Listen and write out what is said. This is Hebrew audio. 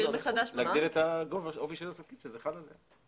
אפשר להגדיר מחדש את העובי של השקית שזה חל עליה.